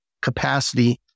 capacity